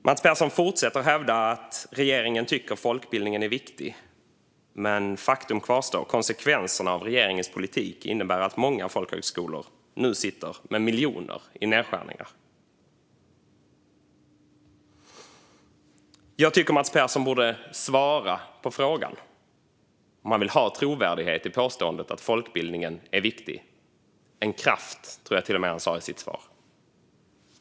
Mats Persson fortsätter att hävda att regeringen tycker att folkbildningen är viktig, men faktum kvarstår: Konsekvenserna av regeringens politik innebär att många folkhögskolor nu sitter med miljoner i nedskärningar. Jag tycker att Mats Persson borde svara på frågan om han vill ha trovärdighet i påståendet att folkbildningen är viktig, en kraft, tror jag till och med att han sa i sitt svar.